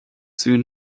soon